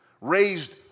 raised